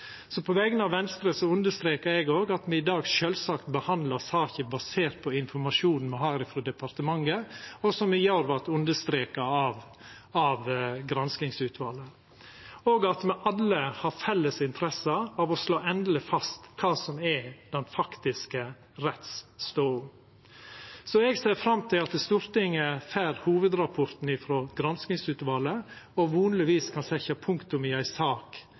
På vegner av Venstre understrekar eg at me i dag sjølvsagt behandlar saka basert på informasjonen me har frå departementet, som i går vart understreka av granskingsutvalet, og at me alle har felles interesse av å slå endeleg fast kva som er den faktiske rettsstoda. Så eg ser fram til at Stortinget får hovudrapporten frå granskingsutvalet og vonleg kan setja punktum i ei sak